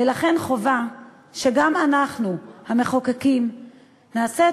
ולכן חובה שגם אנחנו המחוקקים נעשה את